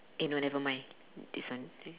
you know nevermind this one